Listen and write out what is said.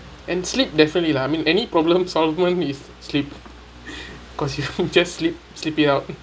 and sleep definitely lah mean any problem resolvement is sleep because you just sleep sleep it out